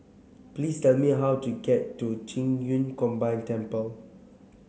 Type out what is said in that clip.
please tell me how to get to Qing Yun Combined Temple